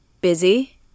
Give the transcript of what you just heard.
busy